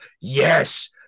yes